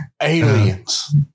Aliens